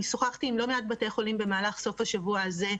אני שוחחתי עם לא מעט בתי חולים במהלך סוף השבוע הזה,